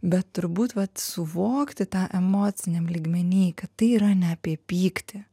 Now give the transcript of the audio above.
bet turbūt vat suvokti tą emociniam lygmeny kad tai yra ne apie pyktį